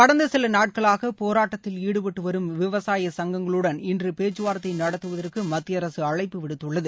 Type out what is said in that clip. கடந்த சில நாட்களாக போராட்டத்தில் ஈடுபட்டு வரும் விவசாய சங்கங்களுடன் இன்று பேச்சுவார்த்தை நடத்துவதற்கு மத்திய அரசு அழைப்பு விடுத்துள்ளது